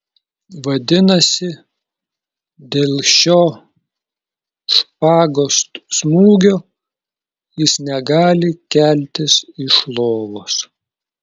vadinasi dėl šio špagos smūgio jis negali keltis iš lovos